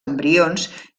embrions